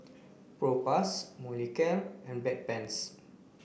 Propass Molicare and Bedpans